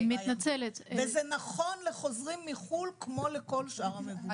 וזה נכון לחוזרים מחו"ל כמו לכל שאר המבודדים.